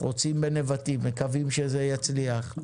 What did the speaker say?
רוצים בנבטים, מקווים שזה יצליח.